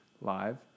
live